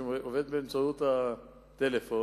שעובד באמצעות הטלפון.